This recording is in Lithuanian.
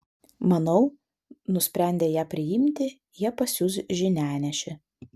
manau nusprendę ją priimti jie pasiųs žinianešį